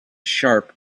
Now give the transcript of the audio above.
sharp